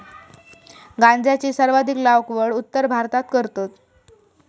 गांजाची सर्वाधिक लागवड उत्तर भारतात करतत